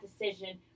decision